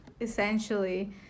essentially